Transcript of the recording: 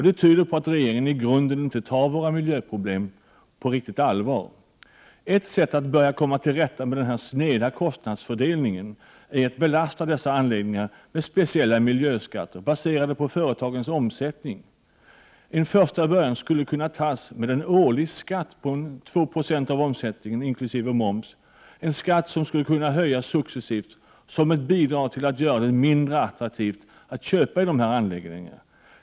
Det tyder på att regeringen i grunden inte tar våra miljöproblem på fullt allvar. Ett sätt att börja komma till rätta med den sneda kostnadsfördelningen är att belasta dessa anläggningar med speciella miljöskatter baserade på Prot. 1988/89:98 företagens omsättning. Ett första steg skulle kunna tas med en årlig skatt på — 18 april 1989 2 Z0o av omsättningen inkl. moms — en skatt som skulle kunna höjas successivt och utgöra ett bidrag till att göra det mindre attraktivt att handla i dessa anläggningar.